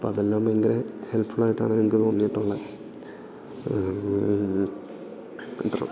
അപ്പം അതെല്ലാം ഭയങ്കര ഹെൽപ്ഫുള്ള് ആയിട്ടാണ് എനിക്ക് തോന്നിയിട്ടുള്ളത് അത്രയുള്ളൂ